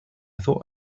thought